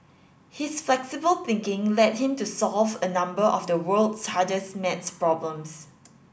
his flexible thinking led him to solve a number of the world's hardest maths problems